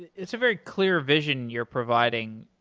it's a very clear vision you're providing.